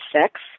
sex